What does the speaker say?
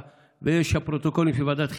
ויש פרוטוקולים של ועדת חינוך,